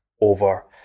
over